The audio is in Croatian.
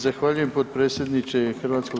Zahvaljujem potpredsjedniče HS.